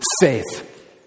faith